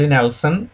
Nelson